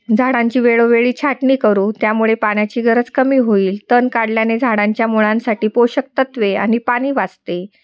झाडांची वेळोवेळी छाटणी करू त्यामुळे पाण्याची गरज कमी होईल तण काढल्याने झाडांच्या मुळांसाठी पोषक तत्वे आणि पाणी वाचते